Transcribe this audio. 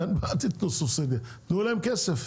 אין בעיה אל תתנו סובסידיה, תנו להם כסף,